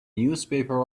newspaper